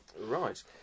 Right